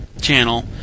channel